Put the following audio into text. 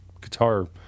guitar